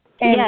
Yes